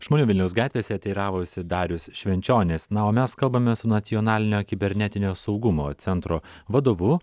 žmonių vilniaus gatvėse teiravosi darius švenčionis na o mes kalbame su nacionalinio kibernetinio saugumo centro vadovu